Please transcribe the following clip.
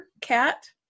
cat